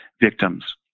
victims